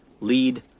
lead